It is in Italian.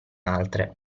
altre